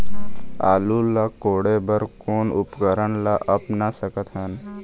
आलू ला कोड़े बर कोन उपकरण ला अपना सकथन?